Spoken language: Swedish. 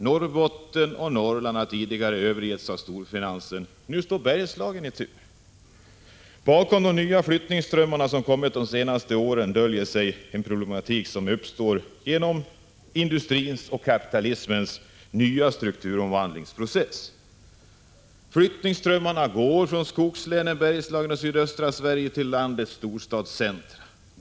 Norrbotten och Norrland har tidigare övergivits av storfinansen. Nu står Bergslagen i tur. Bakom de nya flyttningsströmmarna som kommit de senaste åren döljer sig en problematik som uppstår genom industrins och kapitalismens nya Flyttningsströmmarna går från skogslänen, Bergslagen och sydöstra 22 maj 1986 Sverige till landets storstadscentra.